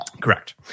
Correct